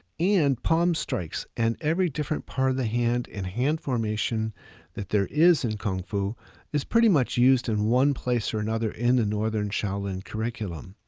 and palm strikes, and every different part of the hand and hand formation that there is in kung fu is pretty much used in one place or another in the northern shaolin curriculum.